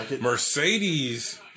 Mercedes